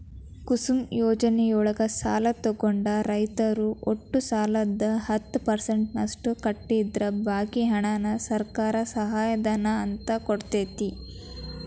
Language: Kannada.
ಕುಸುಮ್ ಯೋಜನೆಯೊಳಗ ಸಾಲ ತೊಗೊಂಡ ರೈತರು ಒಟ್ಟು ಸಾಲದ ಹತ್ತ ಪರ್ಸೆಂಟನಷ್ಟ ಕಟ್ಟಿದ್ರ ಬಾಕಿ ಹಣಾನ ಸರ್ಕಾರ ಸಹಾಯಧನ ಅಂತ ಕೊಡ್ತೇತಿ